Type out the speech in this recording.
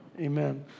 Amen